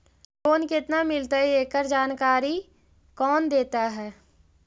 Loan केत्ना मिलतई एकड़ जानकारी कौन देता है?